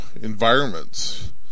environments